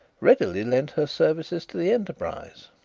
readily lent her services to the enterprise.